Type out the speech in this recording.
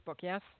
yes